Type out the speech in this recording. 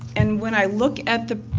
and when i look at the